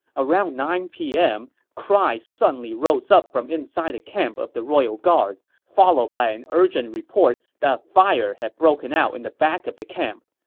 around nine p m, cries suddenly rose up from inside the camp of the royal guard, followed by an urgent report that a fire had broken out in the back of the camp.